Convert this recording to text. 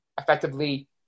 effectively